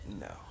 No